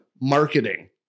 marketing